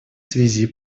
связи